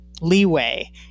leeway